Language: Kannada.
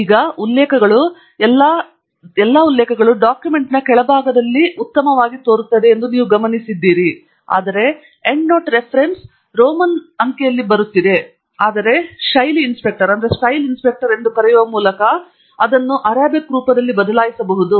ಈಗ ಉಲ್ಲೇಖಗಳು ಎಲ್ಲಾ ಡಾಕ್ಯುಮೆಂಟ್ನ ಕೆಳಭಾಗದಲ್ಲಿ ಉತ್ತಮವಾಗಿವೆ ಎಂದು ನೀವು ಗಮನಿಸಿದ್ದೀರಿ ಆದರೆ ಎಂಡ್ನೋಟ್ ರೆಫರೆನ್ಸ್ ರೋಮನ್ ಪತ್ರದಲ್ಲಿ ಬರುತ್ತಿದೆ ಆದರೆ ಶೈಲಿ ಇನ್ಸ್ಪೆಕ್ಟರ್ ಎಂದು ಕರೆಯುವ ಮೂಲಕ ಅದನ್ನು ಅರೇಬಿಕ್ ರೂಪದಲ್ಲಿ ಬದಲಾಯಿಸಬಹುದು